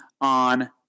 on